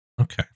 Okay